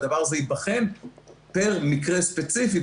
והדבר הזה ייבחן פר מקרה ספציפי.